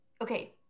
Okay